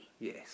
yes